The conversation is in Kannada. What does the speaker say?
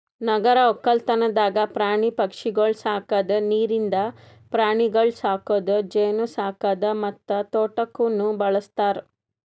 ನಗರ ಒಕ್ಕಲ್ತನದಾಗ್ ಪ್ರಾಣಿ ಪಕ್ಷಿಗೊಳ್ ಸಾಕದ್, ನೀರಿಂದ ಪ್ರಾಣಿಗೊಳ್ ಸಾಕದ್, ಜೇನು ಸಾಕದ್ ಮತ್ತ ತೋಟಕ್ನ್ನೂ ಬಳ್ಸತಾರ್